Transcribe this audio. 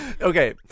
Okay